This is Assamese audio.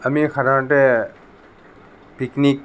আমি সাধাৰণতে পিকনিক